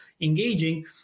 engaging